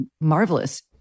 marvelous